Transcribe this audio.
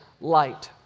light